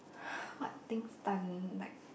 what thing stun like